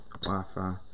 Wi-Fi